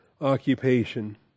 occupation